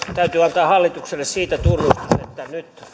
täytyy antaa hallitukselle siitä tunnustus että nyt